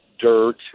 dirt